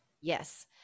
Yes